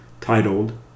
titled